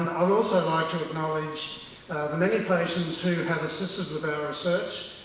i would also like to acknowledge the many patients who have assisted with our research,